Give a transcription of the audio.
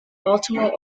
baltimore